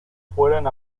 fueran